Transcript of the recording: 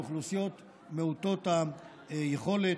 לאוכלוסיות מעוטות היכולת,